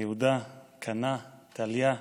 יהודה, כנה, טליה,